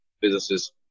businesses